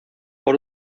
por